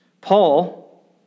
Paul